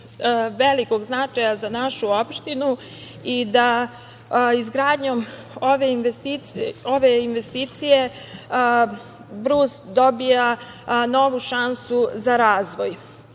velikog značaja za našu opštinu i izgradnjom ove investicije Brus dobija novu šansu za razvoj.